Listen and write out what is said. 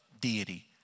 deity